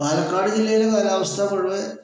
പാലക്കാട് ജില്ലയിലെ കാലാവസ്ഥ പൊതുവേ